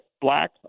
black